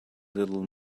little